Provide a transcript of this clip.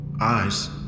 Eyes